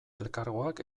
elkargoak